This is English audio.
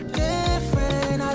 different